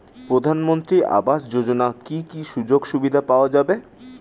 প্রধানমন্ত্রী আবাস যোজনা কি কি সুযোগ সুবিধা পাওয়া যাবে?